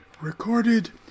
recorded